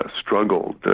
struggled